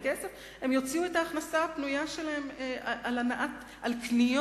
הם יוציאו את ההכנסה הפנויה שלהם על קניות,